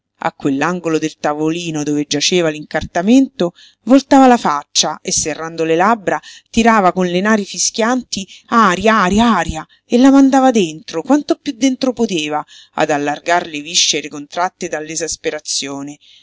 a quell'angolo del tavolino dove giaceva l'incartamento voltava la faccia e serrando le labbra tirava con le nari fischianti aria aria aria e la mandava dentro quanto piú dentro poteva ad allargar le viscere contratte dall'esasperazione